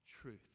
truth